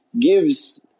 gives